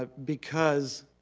ah because,